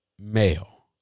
male